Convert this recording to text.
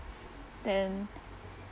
then